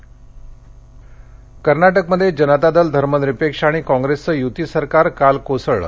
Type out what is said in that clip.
कर्नाटक कर्नाटकमध्ये जनता दल धर्मनिरपेक्ष आणि कॉप्रेसचं युती सरकार काल कोसळलं